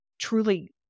truly